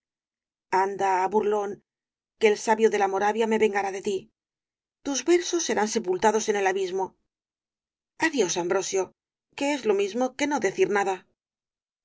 anda burlón que el sabio de la moravia me vengará de ti tus versos serán sepultados en el abismo adiós ambrosio que es lo mismo que no decir nada